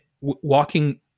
walking